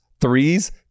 Threes